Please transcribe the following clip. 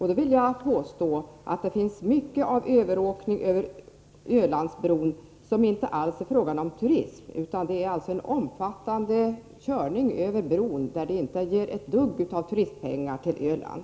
Jag vill påstå att det förekommer mycken åkning över Ölandsbron, som inte är för vare sig turism eller boende. Det förekommer en omfattande körning över bron, som inte ger några som helst turistpengar till Öland.